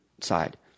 side